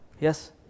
Yes